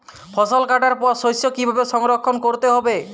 ফসল কাটার পর শস্য কীভাবে সংরক্ষণ করতে হবে?